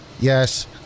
yes